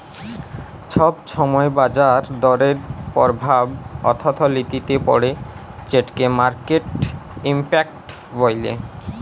ছব ছময় বাজার দরের পরভাব অথ্থলিতিতে পড়ে যেটকে মার্কেট ইম্প্যাক্ট ব্যলে